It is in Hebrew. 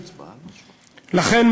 לכן,